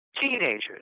teenagers